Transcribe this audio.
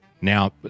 Now